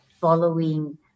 following